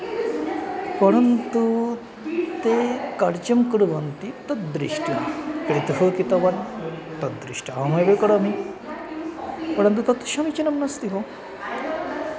परन्तु ते कर्यं कुर्वन्ति तद्दृष्ट्या पितुः कृतवान् तद्दृष्ट्या अहमेव करोमि परन्तु तत् समीचीनं नास्ति भोः